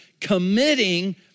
committing